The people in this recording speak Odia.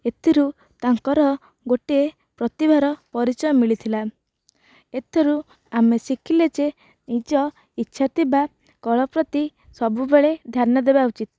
ଏଥିରୁ ତାଙ୍କର ଗୋଟିଏ ପ୍ରତିଭାର ପରିଚୟ ମିଳିଥିଲା ଏଥିରୁ ଆମେ ଶିଖିଲେ ଯେ ନିଜ ଇଚ୍ଛା ଥିବା କଳା ପ୍ରତି ସବୁବେଳେ ଧ୍ୟାନ ଦେବା ଉଚିତ୍